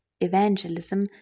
evangelism